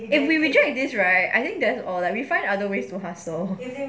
if they reject this right I think that's all like we find other ways too hustle